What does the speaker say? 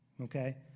Okay